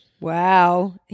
Wow